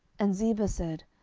and ziba said,